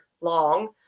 long